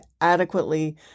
adequately